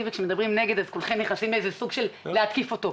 וכשמישהו נגד כולם נכנסים לסוג של התקפה.